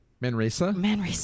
Manresa